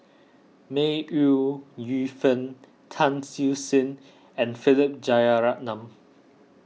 May Ooi Yu Fen Tan Siew Sin and Philip Jeyaretnam